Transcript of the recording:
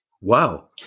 Wow